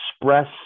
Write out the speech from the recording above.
express